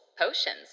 potions